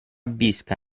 bisca